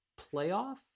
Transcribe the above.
playoff